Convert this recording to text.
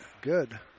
good